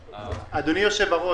אדוני היושב בראש,